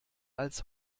als